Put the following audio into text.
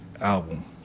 album